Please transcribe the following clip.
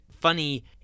funny